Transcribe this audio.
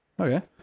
okay